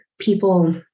people